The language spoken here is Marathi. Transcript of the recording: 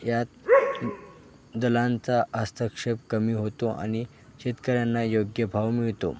यात दलालांचा हस्तक्षेप कमी होतो आणि शेतकऱ्यांना योग्य भाव मिळतो